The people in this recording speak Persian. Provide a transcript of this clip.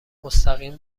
مستقیم